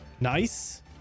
Nice